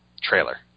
trailer